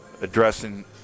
addressing